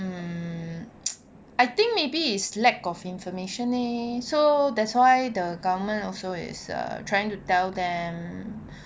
mm I think maybe is lack of information leh so that's why the government also is err trying to tell them